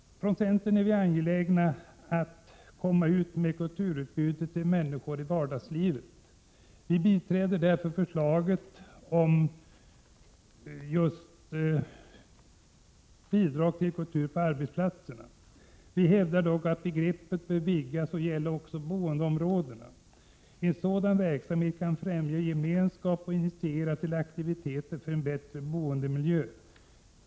Från centern är vi angelägna att komma ut med kulturutbudet till människor i vardagslivet. Vi biträder därför förslaget om bidrag till kultur på arbetsplatserna. Vi hävdar dock att begreppet bör vidgas till att gälla också boendeområdena. En sådan verksamhet kan främja gemenskap och initiera aktiviteter som syftar till en bättre boendemiljö.